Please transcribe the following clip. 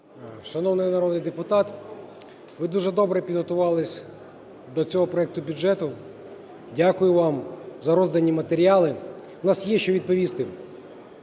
Шановний народний депутат, ви дуже добре підготувались до цього проекту бюджету. Дякую вам за роздані матеріали. У нас є що відповісти.